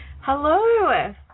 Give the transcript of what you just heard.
Hello